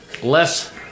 less